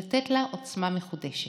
לתת לה עוצמה מחודשת.